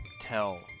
tell